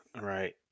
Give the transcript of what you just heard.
right